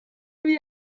wie